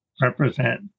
represent